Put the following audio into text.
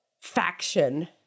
faction